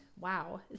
Wow